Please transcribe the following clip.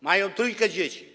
Ma trójkę dzieci.